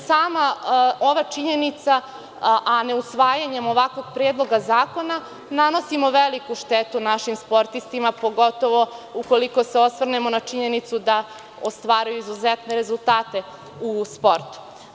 Sama ova činjenica, a ne usvajanjem ovakvog predloga zakona nanosimo veliku štetu našim sportistima, pogotovo ukoliko se osvrnemo na činjenicu da ostvaruju izuzetne rezultate u sportu.